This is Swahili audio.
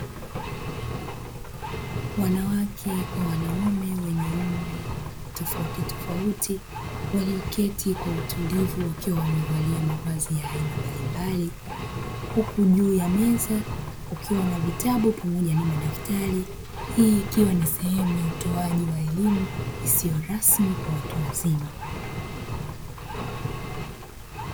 Wanawake kwa wanaume wenye umri tofautitofauti walioketi kwa utulivu wakiwa wamevalia mavazi ya aina mbalimbali. Huku juu ya meza kukiwa na vitabu pamoja na madaftari. Hii ikiwa ni sehemu ya utoaji wa elimu isiyo rasmi kwa watu wazima.